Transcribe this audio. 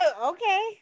okay